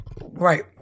right